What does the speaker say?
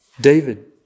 David